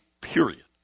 period